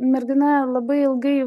mergina labai ilgai